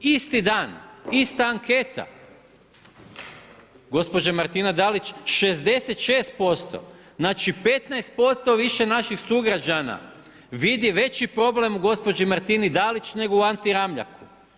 Isti dan, ista anketa, gospođa Martina Dalić 66% znači 15% više naših sugrađana vidi veći problem u gospođi Martini Dalić, nego u Anti Ramljaku.